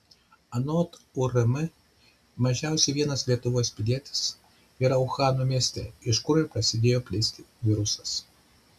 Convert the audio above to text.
anot urm mažiausiai vienas lietuvos pilietis yra uhano mieste iš kur ir pradėjo plisti virusas